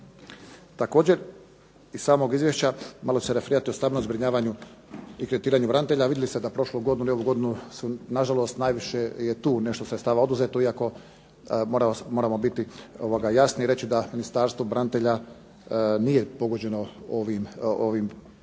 Također iz samog izvješća, malo ću se referirati o stambenom zbrinjavanju i kreditiranju branitelja, vidjeli ste da prošlu godinu i ovu godinu su na žalost najviše je tu nešto sredstava oduzeto iako moramo biti jasni i reći da Ministarstvo branitelja nije pogođeno ovim rebalansima